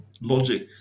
logic